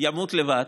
שימות לבד.